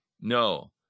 No